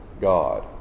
God